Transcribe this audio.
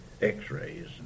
x-rays